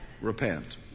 Repent